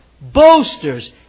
boasters